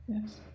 Yes